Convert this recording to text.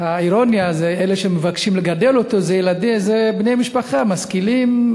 האירוניה היא שאלה שמבקשים לגדל אותו הם בני-משפחה משכילים.